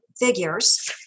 figures